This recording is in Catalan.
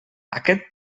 aquest